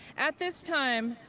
at this time,